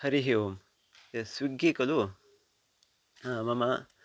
हरिः ओम् एतद् स्विग्गी कलु हा मम